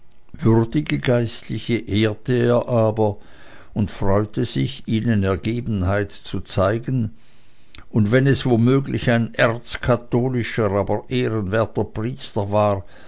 würdige geistliche ehrte er aber und freute sich ihnen ergebenheit zu zeigen und wenn es womöglich ein erzkatholischer aber ehrenwerter priester war